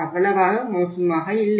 அவ்வளவு மோசமாக இல்லை